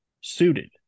suited